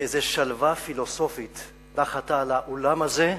ואיזו שלווה פילוסופית נחתה על האולם הזה.